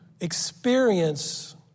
experience